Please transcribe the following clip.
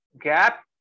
gap